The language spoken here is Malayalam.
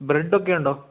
ബ്രഡ് ഒക്കെ ഉണ്ടോ